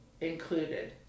included